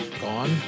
gone